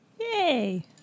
Yay